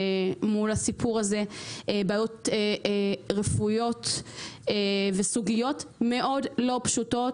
בעיות רפואיות וסוגיות מאוד לא פשוטות.